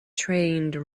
trained